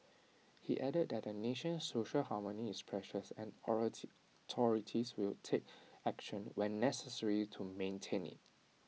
he added that the nation's social harmony is precious and will take action when necessary to maintain IT